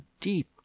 deep